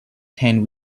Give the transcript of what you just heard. ten